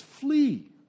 flee